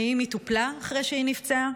האם הוא טופלה אחרי שהיא נפצעה?